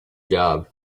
job